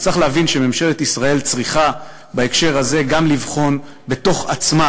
אז צריך להבין שממשלת ישראל צריכה בהקשר הזה גם לבחון בתוך עצמה